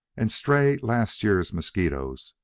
and stray last-year's mosquitoes,